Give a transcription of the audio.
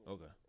Okay